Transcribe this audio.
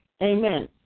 Amen